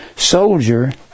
soldier